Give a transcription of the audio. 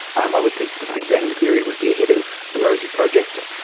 um i would think the big bang theory would be ahead of the rosie project.